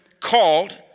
called